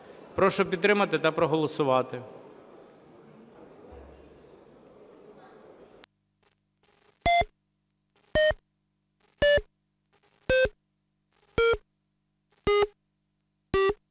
Прошу підтримати та проголосувати.